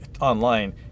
Online